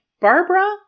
Barbara